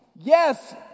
Yes